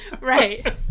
Right